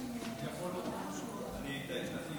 אני יכול עוד כמה דקות?